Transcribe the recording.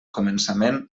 començament